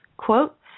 Quote